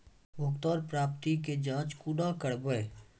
भुगतान प्राप्ति के जाँच कूना करवै?